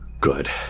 Good